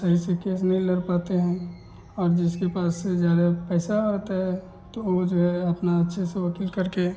सही से केस नहीं लर पाते हैं और जिसके पास से ज़्यादा पैसा होता है तो वह जो है अपना अच्छे से वक़ील करके